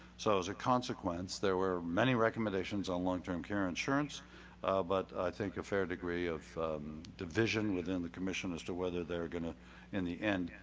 so as a consequence, there were many recommendations on long-term care insurance but i think a fair degree of division within the commission as to whether they are going to in the end,